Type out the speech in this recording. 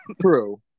True